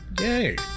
yay